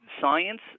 science